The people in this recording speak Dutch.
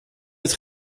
het